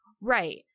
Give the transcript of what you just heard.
right